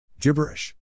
Gibberish